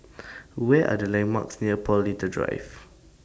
Where Are The landmarks near Paul Little Drive